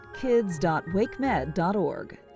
kids.wakemed.org